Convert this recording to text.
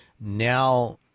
now